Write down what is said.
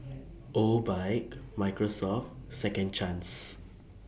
Obike Microsoft Second Chance